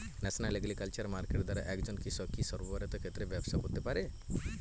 National agriculture market দ্বারা একজন কৃষক কি সর্বভারতীয় ক্ষেত্রে ব্যবসা করতে পারে?